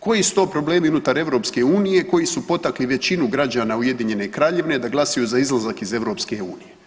Koji su to problemi unutar EU koji su potakli većinu građana Ujedinjene Kraljevine da glasuju za izlazak iz EU?